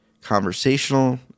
conversational